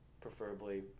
Preferably